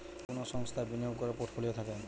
কুনো সংস্থার বিনিয়োগ কোরার পোর্টফোলিও থাকে